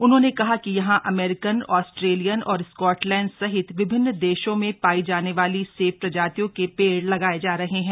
उन्होंने कहा कि यहां अमेरिकन आस्ट्रेलियन और स्कॉटलैड सहित विभिन्न देशों में पायी जाने वाली सेब प्रजातियों के पेड़ लगाये जा रहे है